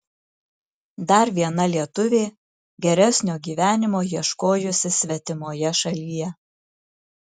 dar viena lietuvė geresnio gyvenimo ieškojusi svetimoje šalyje